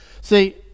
See